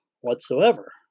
whatsoever